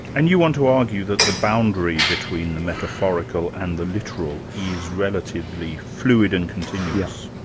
and you want to argue that the boundary between the metaphorical and the literal is relatively fluid and continuous?